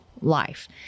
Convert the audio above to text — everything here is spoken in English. life